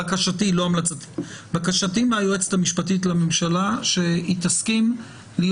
בקשתי מהיועצת המשפטית לממשלה שהיא תסכים להיות